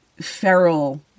feral